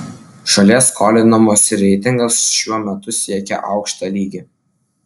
šalies skolinimosi reitingas šiuo metu siekia aukštą lygį